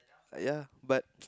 ya but